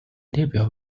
列表